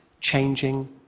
changing